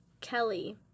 Kelly